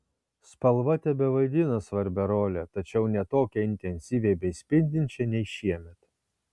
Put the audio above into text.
spalva tebevaidina svarbią rolę tačiau ne tokią intensyvią bei spindinčią nei šiemet